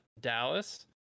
Dallas